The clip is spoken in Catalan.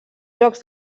jocs